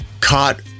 caught